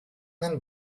then